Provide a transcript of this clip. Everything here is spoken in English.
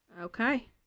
Okay